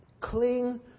cling